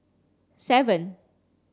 seven